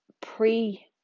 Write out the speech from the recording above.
pre-